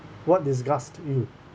what disgusts you